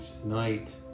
tonight